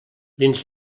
dins